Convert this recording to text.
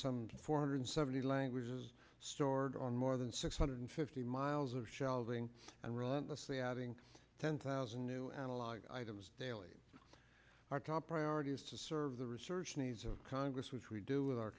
some four hundred seventy languages stored on more than six hundred fifty miles of shelving and relentlessly adding ten thousand new analog items daily our top priority is to serve the research needs of congress which we do with our